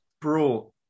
brought